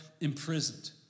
imprisoned